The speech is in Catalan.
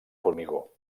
formigó